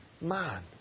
man